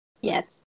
Yes